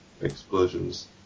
explosions